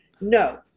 No